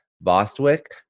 Bostwick